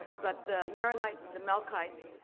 but the maronites, the melkites,